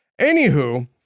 anywho